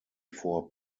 four